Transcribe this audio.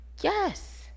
Yes